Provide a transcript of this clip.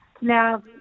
Now